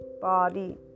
body